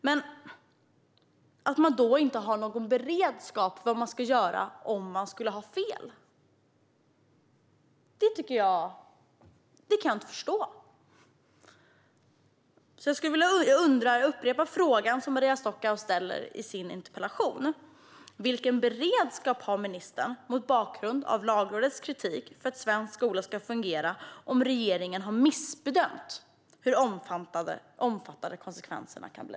Men att man inte har någon beredskap om man skulle ha fel kan jag inte förstå. Jag upprepar därför frågan som Maria Stockhaus ställer i sin interpellation: Vilken beredskap har ministern, mot bakgrund av Lagrådets kritik, för att svensk skola ska fungera om regeringen har missbedömt hur omfattande konsekvenserna kan bli?